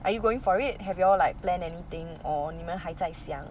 are you going for it have you all like plan anything or 你们还在想